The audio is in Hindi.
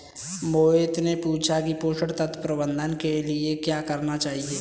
मोहित ने पूछा कि पोषण तत्व प्रबंधन के लिए क्या करना चाहिए?